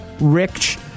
Rich